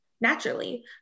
naturally